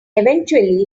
eventually